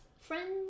friends